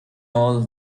all